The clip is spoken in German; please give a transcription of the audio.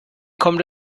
kommt